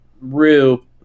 Rue